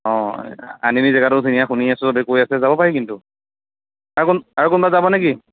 অ' আনিনী জেগাটো ধুনীয়া শুনি আছো সবে কৈ আছে যাব পাৰি কিন্তু আৰু কোন আৰু কোনোবা যাব নেকি